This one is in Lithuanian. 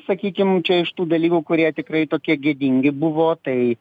sakykim čia iš tų dalyvių kurie tikrai tokie gėdingi buvo tai